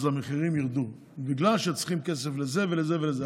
אז המחירים ירדו, בגלל שצריכים כסף לזה ולזה ולזה.